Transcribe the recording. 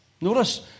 Notice